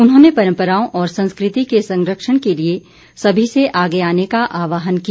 उन्होंने परम्पराओं और संस्कृति के संरक्षण के लिए सभी से आगे आने का आहवान किया